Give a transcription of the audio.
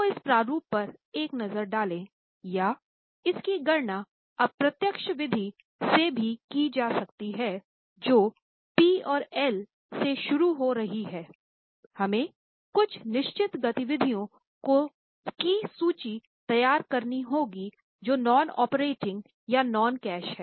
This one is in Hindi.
तो इस प्रारूप पर एक नज़र डालें या इसकी गणना अप्रत्यक्ष विधि से भी की जा सकती है जो P और L से शुरू हो रही है हमें कुछ निश्चित गतिविधियों की सूची तैयार करनी होगी जो नॉन ऑपरेटिंग या नॉन कैश हैं